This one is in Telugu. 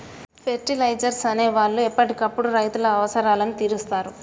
ఫెర్టిలైజర్స్ అనే వాళ్ళు ఎప్పటికప్పుడు రైతుల అవసరాలను తీరుస్తారు